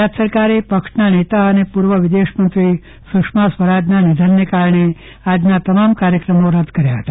ગુજરાત સરકારે પક્ષના નેતા અને પૂર્વ વિદેશમંત્રી સુષ્મા સ્વરાજના નિધનને કારણે આજના તમામ કાર્યક્રમો રદ કર્યા છે